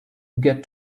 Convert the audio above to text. get